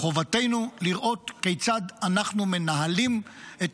חובתנו לראות כיצד אנחנו מנהלים את